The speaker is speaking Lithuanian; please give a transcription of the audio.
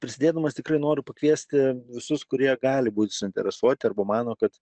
prisidėdamas tikrai noriu pakviesti visus kurie gali būti suinteresuoti arba mano kad